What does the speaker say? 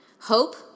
Hope